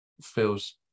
feels